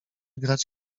grać